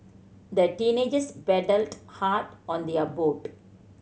the teenagers paddled hard on their boat